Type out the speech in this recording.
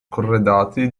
corredati